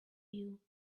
you